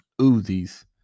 Uzis